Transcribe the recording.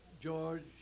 George